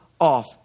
off